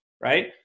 right